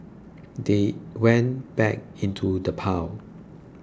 they went back into the pile